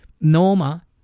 Norma